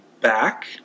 back